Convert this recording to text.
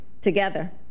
together